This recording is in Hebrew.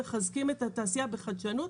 מחזקים את התעשייה בחדשנות,